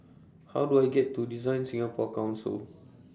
How Do I get to DesignSingapore Council